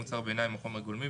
מוצר ביניים או חומר גולמי,